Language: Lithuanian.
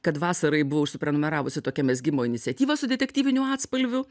kad vasarai buvau užsiprenumeravusi tokią mezgimo iniciatyvą su detektyviniu atspalviu